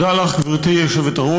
תודה לך, גברתי היושבת-ראש.